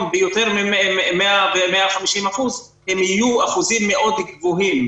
ביותר מ-100 ו-150% הם יהיו אחוזים מאוד גבוהים,